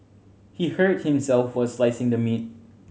he hurt himself while slicing the meat